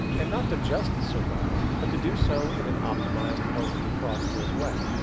and not to just survive, but to do so in an optimized, healthy, prosperous way.